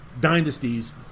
dynasties